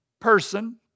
person